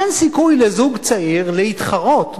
אין סיכוי לזוג צעיר להתחרות,